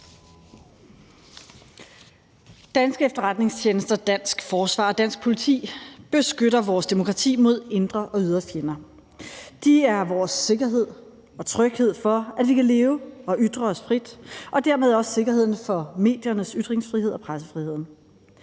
Danske efterretningstjenester, dansk forsvar og dansk politi beskytter vores demokrati mod indre og ydre fjender. De er vores sikkerhed og tryghed, i forhold til at vi kan leve og ytre os frit, og det gælder også sikkerheden for mediernes ytringsfrihed og pressefriheden.